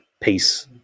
peace